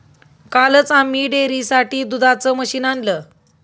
कालच आम्ही डेअरीसाठी दुधाचं मशीन आणलं